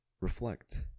reflect